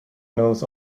knows